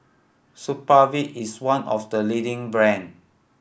supravit is one of the leading brand